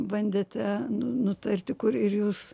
bandėte nu nutarti kur ir jūs